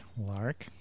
Lark